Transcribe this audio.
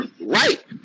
right